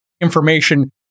information